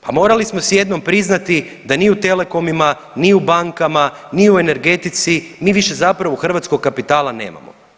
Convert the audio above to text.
Pa morali smo si jednom priznati da ni u telekomima, ni u bankama, ni u energetici mi više zapravo hrvatskog kapitala nemamo.